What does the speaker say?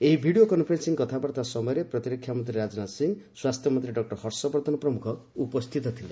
ଏହି video conferencing କଥାବାର୍ତ୍ତା ସମୟରେ ପ୍ରତିରକ୍ଷା ମନ୍ତ୍ରୀ ରାଜନାଥ ସିଂହ ସ୍ୱାସ୍ଥ୍ୟ ମନ୍ତ୍ରୀ ଡକ୍କର ହର୍ଷବର୍ଦ୍ଧନ ପ୍ରମୁଖ ଉପସ୍ଥିତ ଥିଲେ